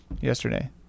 yesterday